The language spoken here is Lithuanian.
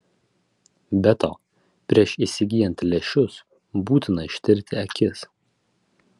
be to prieš įsigyjant lęšius būtina ištirti akis